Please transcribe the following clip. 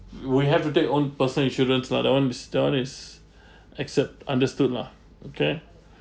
we have to take own personal insurance lah that one is that one is accept understood lah okay